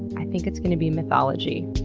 i think it's gonna be mythology.